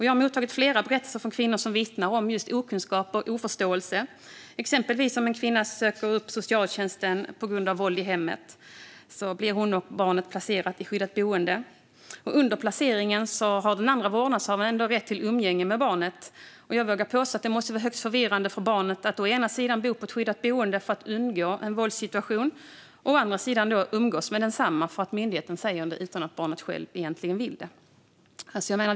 Jag har mottagit flera berättelser från kvinnor som vittnar om just okunskap och oförståelse. Om en kvinna exempelvis söker upp socialtjänsten på grund av våld i hemmet blir hon och barnet placerade i ett skyddat boende. Under placeringen har den andra vårdnadshavaren rätt till umgänge med barnet. Jag vågar påstå att det måste vara högst förvirrande för barnet att å ena sidan bo på ett skyddat boende för att undgå en våldssituation och å andra sidan umgås med den andra vårdnadshavaren för att myndigheten säger det, utan att barnet självt egentligen vill det.